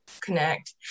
connect